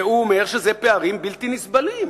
והוא אומר שאלה פערים בלתי נסבלים.